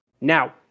Now